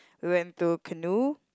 we went to canoe